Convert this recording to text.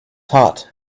hot